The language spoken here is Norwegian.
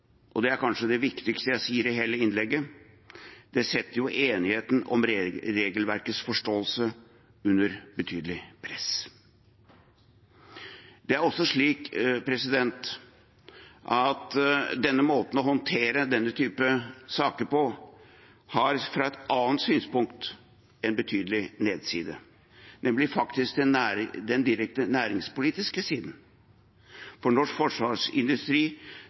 kanskje det viktigste, jeg sier det i hele innlegget – det setter enigheten om regelverkets forståelse under betydelig press. Det er også slik at denne måten å håndtere denne type saker på har fra et annet synspunkt en betydelig nedside, nemlig den direkte næringspolitiske siden. Norsk forsvarsindustri